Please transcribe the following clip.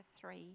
three